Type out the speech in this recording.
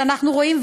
שאנחנו רואים,